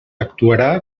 actuarà